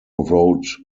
wrote